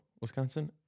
Wisconsin